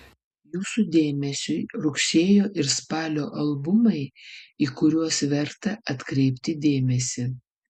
jūsų dėmesiui rugsėjo ir spalio albumai į kuriuos verta atkreipti dėmesį